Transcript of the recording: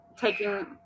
taking